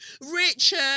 Richard